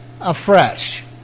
afresh